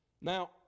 Now